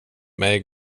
mig